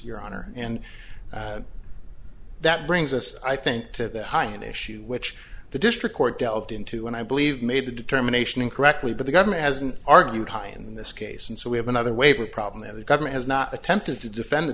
your honor and that brings us i think to that high an issue which the district court delved into and i believe made the determination incorrectly that the government hasn't argued high in this case and so we have another wave of problem that the government has not attempted to defend the